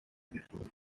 smith